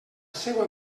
seua